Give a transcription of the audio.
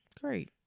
Great